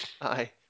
aye